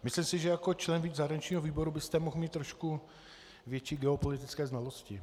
Myslím si, že jako člen zahraničního výboru byste mohl mít trošku větší geopolitické znalosti.